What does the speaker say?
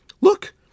look